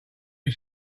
you